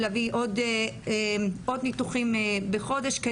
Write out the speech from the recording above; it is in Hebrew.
להביא עוד ניתוחים בחודש.